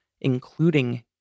including